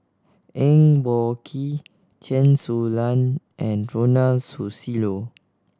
Eng Boh Kee Chen Su Lan and Ronald Susilo